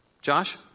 Josh